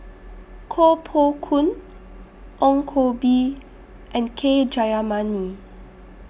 Koh Poh Koon Ong Koh Bee and K Jayamani